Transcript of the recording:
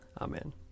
Amen